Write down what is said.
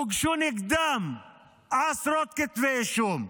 הוגשו נגדם עשרות כתבי אישום,